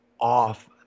off